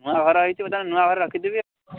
ନୂଆ ଘର ହେଇଛି ମୁଁ ତା'ହେଲେ ନୂଆ ଘରେ ରଖିଦେବି